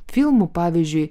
filmų pavyzdžiui